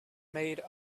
made